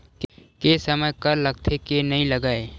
के समय कर लगथे के नइ लगय?